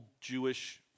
Jewish